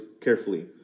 carefully